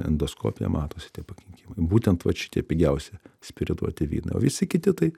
endoskopiją matosi tie pakenkimai būtent vat šitie pigiausi spirituoti vynai o visi kiti tai